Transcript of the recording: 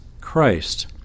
Christ